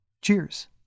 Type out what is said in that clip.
Cheers